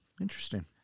interesting